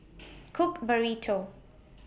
Cook Burrito